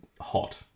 hot